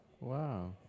Wow